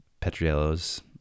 petriello's